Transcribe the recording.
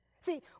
See